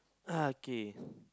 okay